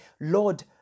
Lord